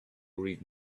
read